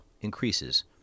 increases